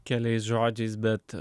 keliais žodžiais bet